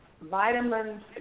vitamins